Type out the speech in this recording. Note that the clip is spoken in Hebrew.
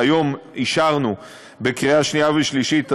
והיום אישרנו בקריאה שנייה ושלישית את